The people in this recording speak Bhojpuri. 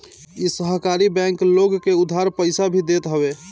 इ सहकारी बैंक लोग के उधार पईसा भी देत हवे